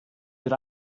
that